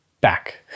back